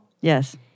Yes